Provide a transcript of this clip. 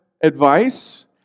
advice